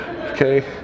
okay